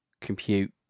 compute